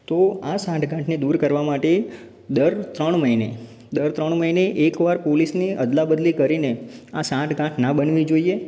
તો આ સાંઠગાંઠને દૂર કરવા માટે દર ત્રણ મહીને દર ત્રણ મહીને એકવાર પોલીસની અદલા બદલી કરીને આ સાંઠગાંઠ ના બનવી જોઈએ